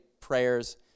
prayers